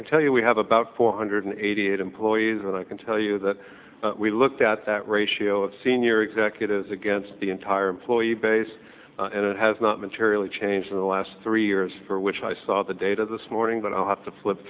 can tell you we have about four hundred eighty eight employees and i can tell you that we looked at that ratio of senior executives against the entire employee base and it has not materially changed in the last three years for which i saw the data this morning that i have to flip